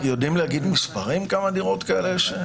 --- יודעים להגיד כמה דירות כאלה יש?